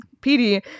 PD